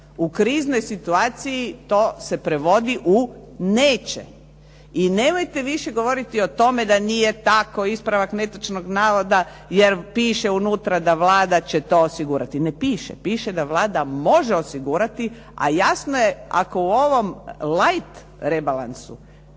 U kriznoj situaciji to se provodi u neće. I nemojte više govoriti o tome da nije tako, ispravak netočnog navoda jer piše unutra da Vlada će to osigurati. Ne piše, piše da Vlada može osigurati a jasno je ako u ovom light rebalansu